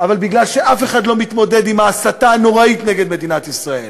אבל בגלל שאף אחד לא מתמודד עם ההסתה הנוראית נגד מדינת ישראל.